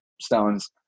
stones